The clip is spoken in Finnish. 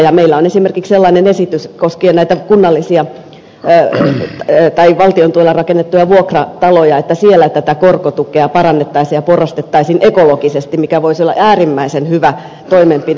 meillä on esimerkiksi sellainen esitys koskien näitä kunnallisia tai valtion tuella rakennettuja vuokrataloja että siellä tätä korkotukea parannettaisiin ja porrastettaisiin ekologisesti mikä voisi olla äärimmäisen hyvä toimenpide